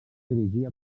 dirigir